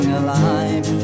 alive